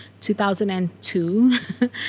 2002